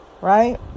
right